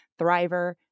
thriver